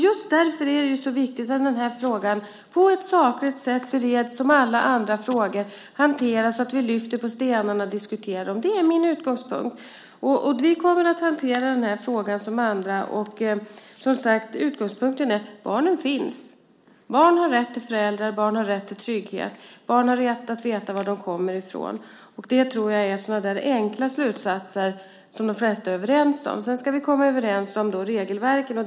Just därför är det så viktigt att frågan på ett sakligt sätt bereds, hanteras och diskuteras som alla andra frågor och att vi lyfter på stenarna. Det är min utgångspunkt. Vi kommer att hantera den här frågan på samma sätt som andra frågor. Utgångspunkten är som sagt att barnen finns. Barn har rätt till föräldrar; barn har rätt till trygghet; barn har rätt att veta var de kommer ifrån. Det tror jag är enkla slutsatser som de flesta är överens om. Sedan ska vi komma överens om regelverken.